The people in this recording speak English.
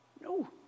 No